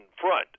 front